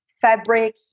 fabric